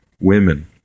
women